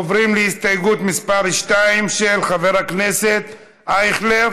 עוברים להסתייגות מס' 2, של חבר הכנסת אייכלר.